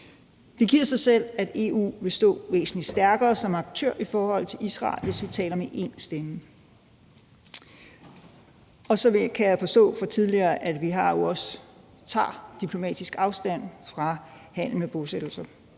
Det siger sig selv, at EU vil stå væsentlig stærkere som aktør i forhold til Israel, hvis vi taler med én stemme. Så kan jeg forstå fra tidligere, at vi jo også tager diplomatisk afstand fra handel med bosættelser.